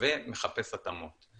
ומחפש התאמות.